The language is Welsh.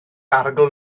arogl